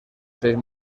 seis